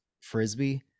Frisbee